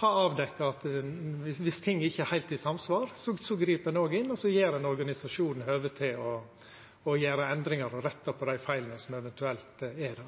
få avdekt viss ting ikkje er heilt i samsvar. Då grip ein inn og gjev organisasjonen høve til å gjera endringar og retta på dei feila som eventuelt er